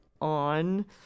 on